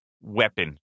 weapon